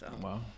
Wow